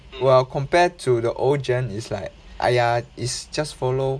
well compare to the old gen it's like !aiya! it's just follow